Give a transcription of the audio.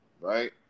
right